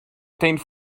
tenth